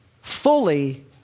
fully